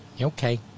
Okay